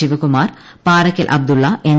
Shivakumar Parakkal Abdulla N